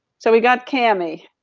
so we got cammie.